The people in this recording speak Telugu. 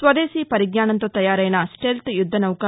స్వదేశీ పరిజ్ఞానంతో తయారైన స్టెల్త్ యుద్దనౌక